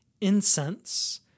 incense